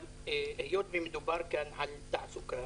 אבל היות ומדובר כאן על תעסוקה,